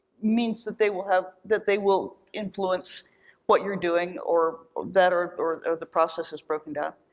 means that they will have, that they will influence what you're doing, or or better, or or the process has broken down.